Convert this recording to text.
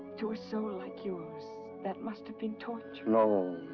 to a soul like yours, that must have been torture no.